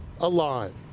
alive